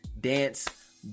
dance